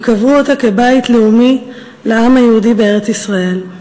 הם קבעו אותה כבית לאומי לעם היהודי בארץ-ישראל,